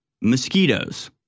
mosquitoes